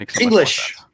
English